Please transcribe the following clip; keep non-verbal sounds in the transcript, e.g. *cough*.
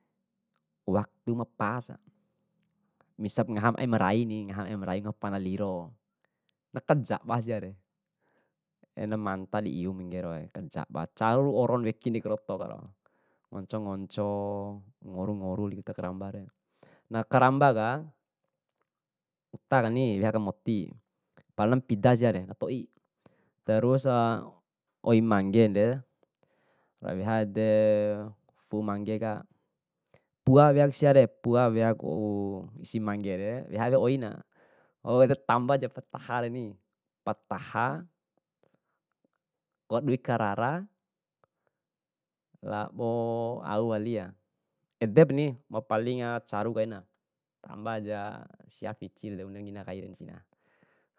Waktu ma pasa, misap ngahamu aima raini ngahamu aima rai wunga pana liro, na kajaba siare, enamanta di iumu nggero kancaba caru oro wekin dei karotokaro, ngoco ngoco, ngoru ngoru wali uta karambare. Na, karambaka, utakani weha aka moti, pala mpida siare na toi, terus *hesitation* oi manggende, ma weha ede fu'u manggaka, pua weak siare, pua weapu isi manggere weha wea oina, wau ede tamba japatahani, pataha kadui karara, lao au wali ya, edepni ma palinga caru kaina, tambah ja sia fisin bune ngina kai cina.